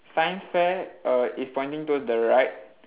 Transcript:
science fair err is pointing towards the right